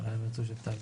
התופעה הזאת,